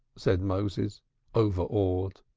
said moses overawed.